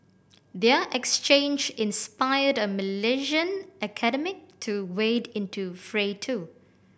their exchange inspired a Malaysian academic to wade into fray too